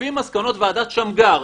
לפי מסקנות ועדת שמגר,